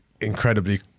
incredibly